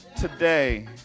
today